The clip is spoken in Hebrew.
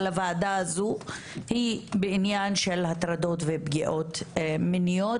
אבל הוועדה הזו היא בעניין של הטרדות ופגיעות מיניות,